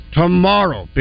tomorrow